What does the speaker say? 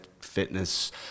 fitness